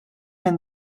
minn